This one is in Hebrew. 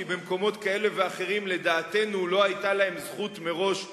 כי במקומות כאלה ואחרים לא היתה להם זכות מראש לשבת,